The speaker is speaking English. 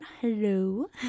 Hello